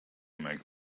make